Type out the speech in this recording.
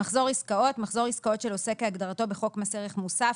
"מחזור עסקאות" מחזור עסקאות של עוסק כהגדרת ובחוק מס ערך מוסף,